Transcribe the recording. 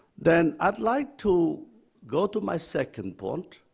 then i'd like to go to my second point.